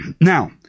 Now